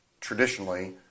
traditionally